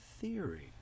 theory